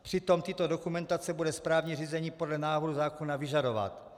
Přitom tyto dokumentace bude správní řízení podle návrhu zákona vyžadovat.